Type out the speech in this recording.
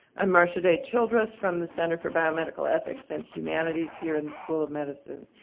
i'm marcia day childress from the center for biomedical ethics and humanities here in the school of medicine,